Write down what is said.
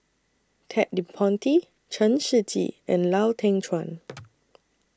Ted De Ponti Chen Shiji and Lau Teng Chuan